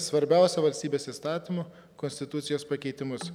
svarbiausią valstybės įstatymų konstitucijos pakeitimus